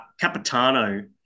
Capitano